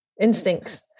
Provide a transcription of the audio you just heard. Instincts